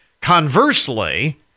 Conversely